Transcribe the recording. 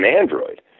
android